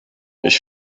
ich